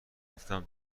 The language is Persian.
گفتم